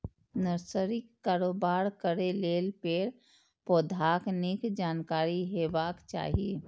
नर्सरीक कारोबार करै लेल पेड़, पौधाक नीक जानकारी हेबाक चाही